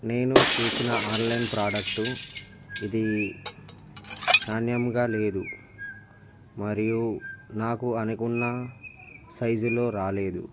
నేను చూసిన online product ఇది నాణ్యముగా లేదు మరియు నాకు అనుకున్న సైజులో రాలేదు